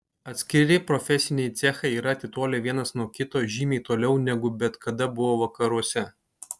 atskiri profesiniai cechai yra atitolę vienas nuo kito žymiai toliau negu bet kada buvo vakaruose